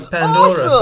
Pandora